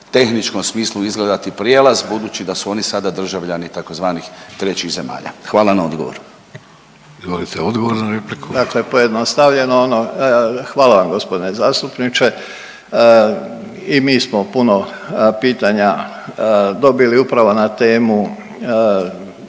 tehničkom smislu izgledati prijelaz budući da su oni sada državljani tzv. trećih zemalja. Hvala na odgovoru. **Vidović, Davorko (Socijaldemokrati)** Izvolite odgovor na repliku. **Božinović, Davor (HDZ)** Dakle, pojednostavljeno ono, hvala vam gospodine zastupniče i mi smo puno pitanja dobili upravo na temu